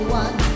one